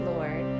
Lord